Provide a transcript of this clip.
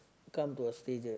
come to a stage a